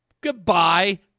Goodbye